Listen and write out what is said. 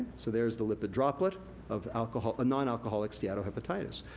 so, there's the lipid droplet of nonalcoholic nonalcoholic steatohepatitis.